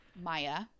Maya